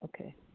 Okay